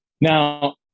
Now